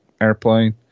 airplane